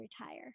retire